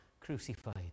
crucified